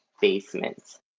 basement